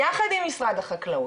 יחד עם משרד החקלאות,